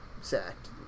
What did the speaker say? sacked